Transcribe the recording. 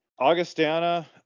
Augustana